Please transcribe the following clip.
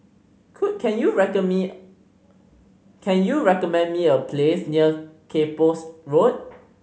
could can you me can you recommend me a place near Kay Poh's Road